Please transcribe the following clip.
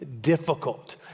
difficult